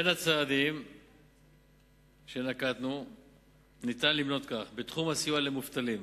בין הצעדים שנקטנו ניתן למנות כך: בתחום הסיוע למובטלים,